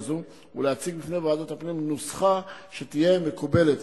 זו ולהציג בפני ועדת הפנים נוסחה אשר תהיה מקובלת